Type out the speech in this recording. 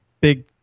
big